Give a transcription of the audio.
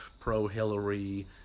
pro-Hillary